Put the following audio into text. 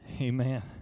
Amen